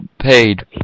paid